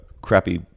crappy